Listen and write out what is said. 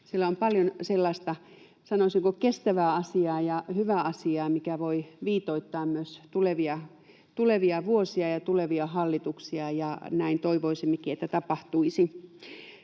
siellä on paljon sellaista, sanoisinko, kestävää asiaa ja hyvää asiaa, mikä voi viitoittaa myös tulevia vuosia ja tulevia hallituksia, ja toivoisimmekin, että näin tapahtuisi.